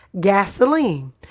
gasoline